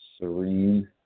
Serene